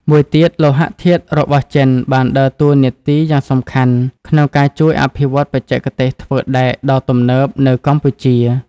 មួយទៀតលោហៈធាតុរបស់ចិនបានដើរតួនាទីយ៉ាងសំខាន់ក្នុងការជួយអភិវឌ្ឍបច្ចេកទេសធ្វើដែកដ៏ទំនើបនៅកម្ពុជា។